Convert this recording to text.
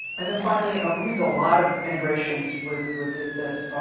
and then finally, ah we use a lot of integrations with with this.